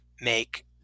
make